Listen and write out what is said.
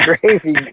gravy